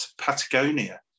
Patagonia